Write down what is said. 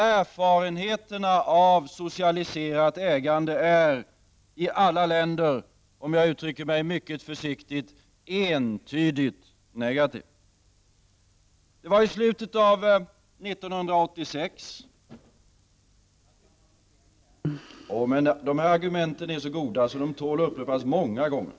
Erfarenheterna av socialiserat ägande är i alla länder entydigt negativt, om jag uttrycker mig mycket försiktigt.